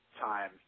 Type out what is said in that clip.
time